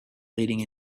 leading